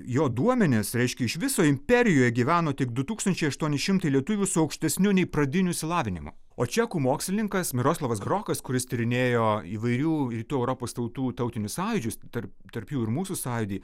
jo duomenis reiškia iš viso imperijoje gyveno tik du tūkstančiai aštuoni šimtai lietuvių su aukštesniu nei pradiniu išsilavinimu o čekų mokslininkas miroslavas grokas kuris tyrinėjo įvairių rytų europos tautų tautinius sąjūdžius tarp tarp jų ir mūsų sąjūdį